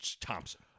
Thompson